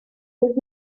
his